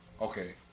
Okay